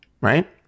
right